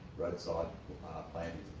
roadside ah planning,